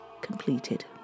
completed